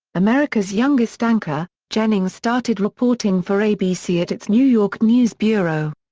america's youngest anchor jennings started reporting for abc at its new york news bureau.